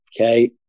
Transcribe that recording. Okay